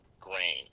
grain